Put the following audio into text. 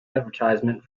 advertisement